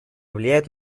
влияют